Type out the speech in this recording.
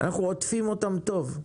אנחנו עוטפים אותם טוב.